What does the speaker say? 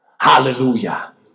Hallelujah